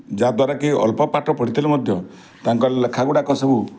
ଯାହାଦ୍ୱାରା କି ଅଳ୍ପ ପାଠ ପଢ଼ିଥିଲେ ମଧ୍ୟ ତାଙ୍କର ଲେଖାଗୁଡ଼ାକ ସବୁ